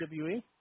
WWE